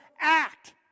act